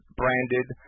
branded